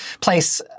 place